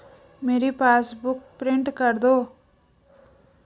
मेरी passbook print कर दो